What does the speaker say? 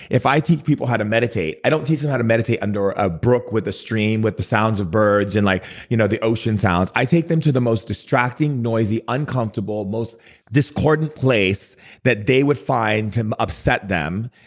if i teach people how to meditate, i don't teach them how to meditate under a brook, with a stream, with the sounds of birds and like you know the ocean sounds. i take them to the most distracting, noisy, uncomfortable, most discordant place that they would find to upset them,